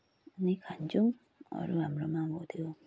अनि खान्छौँ अरू हाम्रोमा अब त्यो